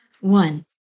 One